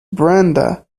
brenda